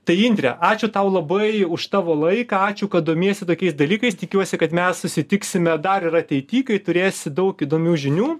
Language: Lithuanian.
tai indre ačiū tau labai už tavo laiką ačiū kad domiesi tokiais dalykais tikiuosi kad mes susitiksime dar ir ateity kai turėsi daug įdomių žinių